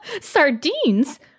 Sardines